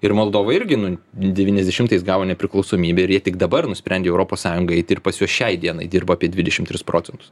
ir moldovai irgi nu devyniasdešimtais gavo nepriklausomybę ir jie tik dabar nusprendė europos sąjungą eiti ir pas juos šiai dienai dirba apie dvidešim tris procentus